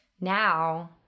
now